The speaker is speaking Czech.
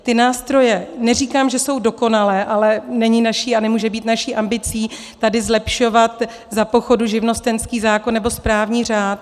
Ty nástroje neříkám, že jsou dokonalé, ale není a nemůže být naší ambicí tady zlepšovat za pochodu živnostenský zákon nebo správní řád.